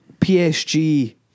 PSG